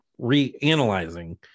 reanalyzing